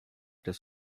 des